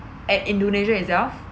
at indonesia itself